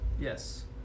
Yes